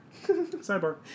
Sidebar